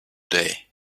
day